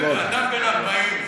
אדם בן 40,